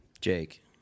Jake